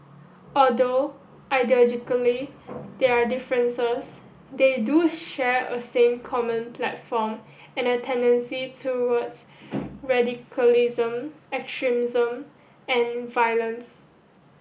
although ideologically there are differences they do share a thin common platform and a tendency towards radicalism extremism and violence